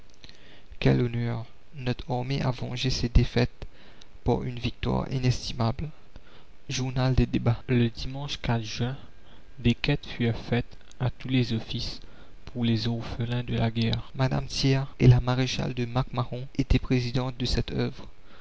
quel honneur notre armée a vengé ses défaites par une victoire inestimable journal des débats le dimanche juin des quêtes furent faites à tous les offices pour les orphelins de la guerre madame thiers et la maréchale de mac mahon étaient présidentes de cette œuvre